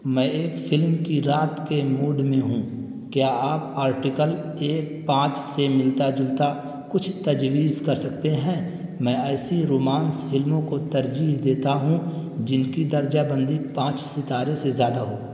میں ایک فلم کی رات کے موڈ میں ہوں کیا آپ آرٹیکل ایک پانچ سے ملتا جلتا کچھ تجویز کر سکتے ہیں میں ایسی رومانس فلموں کو ترجیح دیتا ہوں جن کی درجہ بندی پانچ ستارے سے زیادہ ہو